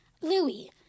Louis